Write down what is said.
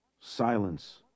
Silence